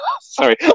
Sorry